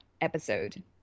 episode